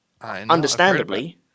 Understandably